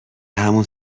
همون